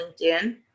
LinkedIn